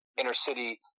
inner-city